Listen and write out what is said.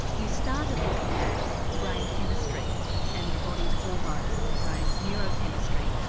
you started looking at brain chemistry and and the body's hormones and the brain's neurochemistry.